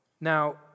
Now